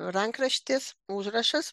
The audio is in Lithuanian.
rankraštis užrašas